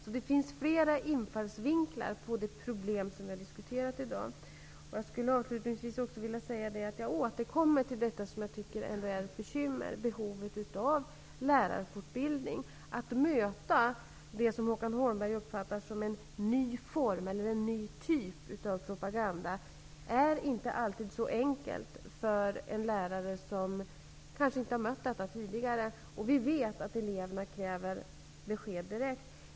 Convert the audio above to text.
Det finns således flera infallsvinklar i fråga om det problem som vi i dag har diskuterat. Avslutningsvis skulle jag vilja säga att jag återkommer till behovet av lärarfortbildning, något som jag ändå tycker är ett bekymmer. Att möta det som Håkan Holmberg uppfattar som en ny form eller en ny typ av propaganda är inte alltid så enkelt för en lärare som kanske inte har mött något sådant tidigare. Vi vet att eleverna kräver besked direkt.